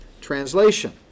translation